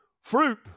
Fruit